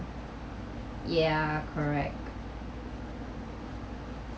yeah correct